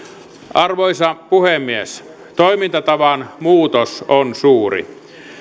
arvoisa puhemies toimintatavan muutos on suuri